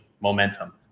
momentum